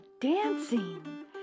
dancing